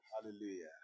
Hallelujah